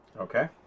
Okay